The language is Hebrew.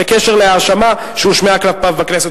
"בקשר להאשמה שהושמעה כלפיו בכנסת".